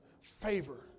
Favor